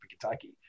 Kentucky